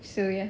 so ya